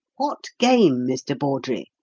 what game, mr. bawdrey?